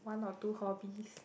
one or two hobbies